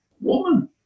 woman